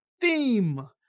theme